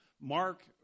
Mark